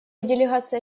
делегация